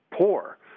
poor